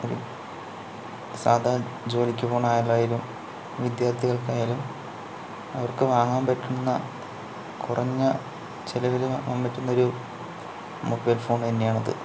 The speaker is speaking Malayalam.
സാധാ ജോലിക്ക് പോകുന്ന ആളായാലും വിദ്യാർത്ഥികൾക്ക് ആയാലും ആർക്കും വാങ്ങാൻ പറ്റുന്ന കുറഞ്ഞ ചിലവിൽ വാങ്ങാൻ പറ്റുന്ന ഒരു മൊബൈൽ ഫോൺ തന്നെയാണ് ഇത്